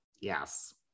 Yes